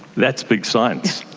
that's big science.